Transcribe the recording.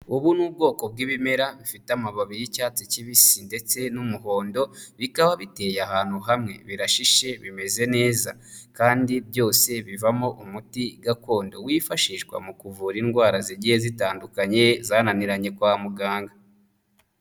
Ubu ni ubwoko bw'ibimera bi mfite amababi y'icyatsi kibisi ndetse n'umuhondo, bikaba biteye ahantu hamwe, birashishe bimeze neza kandi byose bivamo umuti gakondo wifashishwa mu kuvura indwara zigiye zitandukanye zananiranye kwa muganga.